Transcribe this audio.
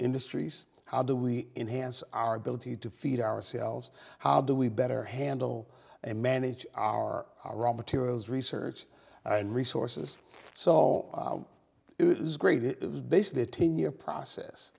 industries how do we enhance our ability to feed ourselves how do we better handle and manage our raw materials research and resources so it was great it was basically a ten year process